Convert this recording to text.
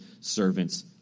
servants